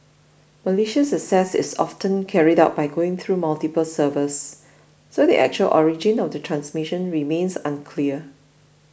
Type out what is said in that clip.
malicious access is often carried out by going through multiple servers so the actual origin of the transmission remains unclear